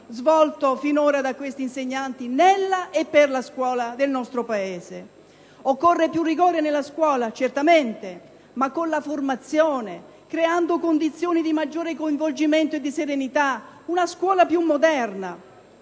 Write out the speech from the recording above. svolto finora da questi insegnanti nella e per la scuola del nostro Paese. Occorre più rigore nella scuola? Certamente, ma con la formazione, creando condizioni di maggiore coinvolgimento e di serenità, una scuola più moderna,